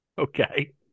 Okay